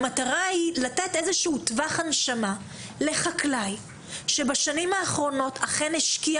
אלא לתת איזשהו טווח הנשמה לחקלאי שבשנים האחרונות השקיע